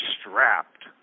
Strapped